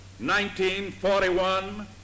1941